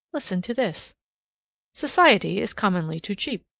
listen to this society is commonly too cheap.